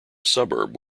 suburb